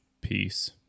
Peace